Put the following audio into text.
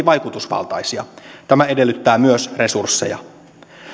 vaikutusvaltaisia tämä edellyttää myös resursseja